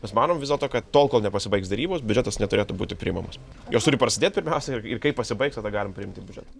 mes manom vis dėlto kad tol kol nepasibaigs derybos biudžetas neturėtų būti priimamas jos turi prasidėt pirmiausia ir kai pasibaigs tada galim priimti biudžetą